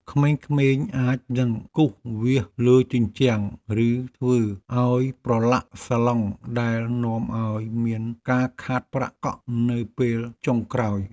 ក្មេងៗអាចនឹងគូសវាសលើជញ្ជាំងឬធ្វើឱ្យប្រឡាក់សាឡុងដែលនាំឱ្យមានការកាត់ប្រាក់កក់នៅពេលចុងក្រោយ។